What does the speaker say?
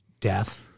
death